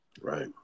Right